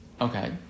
Okay